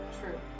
True